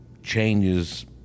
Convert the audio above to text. changes